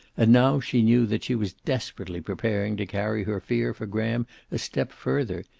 and now she knew that she was desperately preparing to carry her fear for graham a step further,